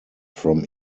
from